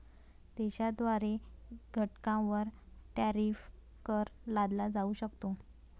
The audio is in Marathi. देशाद्वारे घटकांवर टॅरिफ कर लादला जाऊ शकतो